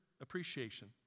appreciation